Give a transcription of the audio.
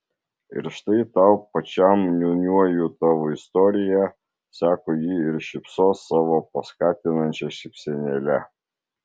ir štai tau pačiam niūniuoju tavo istoriją sako ji ir šypsos savo paskatinančia šypsenėle